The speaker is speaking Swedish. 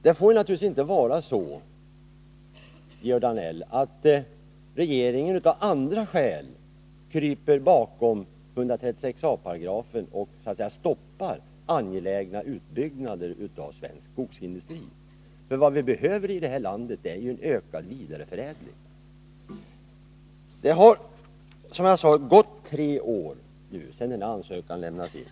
Det får naturligtvis inte vara så, Georg Danell, att regeringen av andra skäl kryper bakom 136 a § och så att säga stoppar angelägen utbyggnad av svensk skogsindustri. Vad vi behöver i det här landet är nämligen en ökad vidareförädling. Som jag sade har det gått tre år sedan den här ansökan lämnades in.